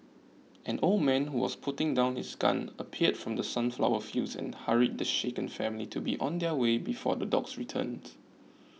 an old man who was putting down his gun appeared from the sunflower fields and hurried the shaken family to be on their way before the dogs returned